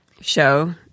show